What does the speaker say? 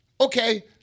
okay